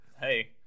Hey